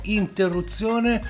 interruzione